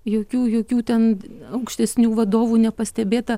jokių jokių ten aukštesnių vadovų nepastebėta